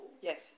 Yes